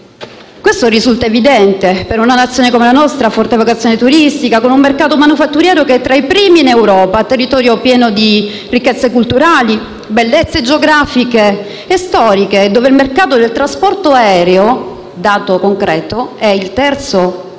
Ciò risulta evidente per una nazione come la nostra, a forte vocazione turistica, con un mercato manifatturiero che è tra i primi in Europa, e per un territorio pieno di ricchezze culturali, bellezze geografiche e storiche, in cui il mercato del trasporto aereo - si tratta di un dato